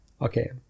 Okay